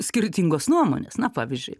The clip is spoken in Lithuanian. skirtingos nuomonės na pavyzdžiui